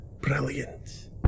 brilliant